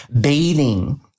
bathing